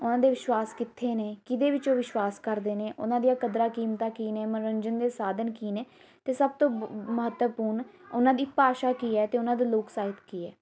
ਉਹਨਾਂ ਦੇ ਵਿਸ਼ਵਾਸ ਕਿੱਥੇ ਨੇ ਕਿਹਦੇ ਵਿੱਚ ਉਹ ਵਿਸ਼ਵਾਸ ਕਰਦੇ ਨੇ ਉਹਨਾਂ ਦੀਆਂ ਕਦਰਾਂ ਕੀਮਤਾਂ ਕੀ ਨੇ ਮਨੋਰੰਜਨ ਦੇ ਸਾਧਨ ਕੀ ਨੇ ਅਤੇ ਸਭ ਤੋਂ ਬ ਮਹੱਤਵਪੂਰਨ ਉਹਨਾਂ ਦੀ ਭਾਸ਼ਾ ਕੀ ਹੈ ਅਤੇ ਉਹਨਾਂ ਦੇ ਲੋਕ ਸਾਹਿਤ ਕੀ ਹੈ